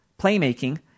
playmaking